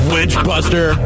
Witchbuster